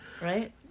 right